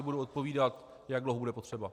Budu odpovídat, jak dlouho bude potřeba.